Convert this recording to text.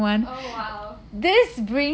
oh !wow!